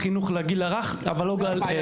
גם החינוך לגיל הרך,